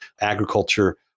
agriculture